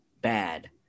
bad